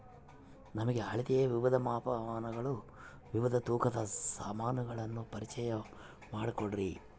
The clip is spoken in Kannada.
ನಮಗೆ ಅಳತೆಯ ವಿವಿಧ ಮಾಪನಗಳನ್ನು ವಿವಿಧ ತೂಕದ ಸಾಮಾನುಗಳನ್ನು ಪರಿಚಯ ಮಾಡಿಕೊಡ್ರಿ?